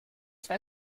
zwar